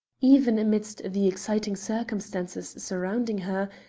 even amidst the exciting circumstances surrounding her,